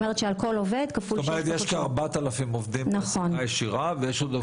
זה אומר שיש כ-4,000 עובדים בהעסקה ישירה.